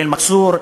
ביר-אל-מכסור,